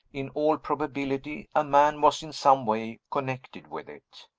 in all probability, a man was in some way connected with it.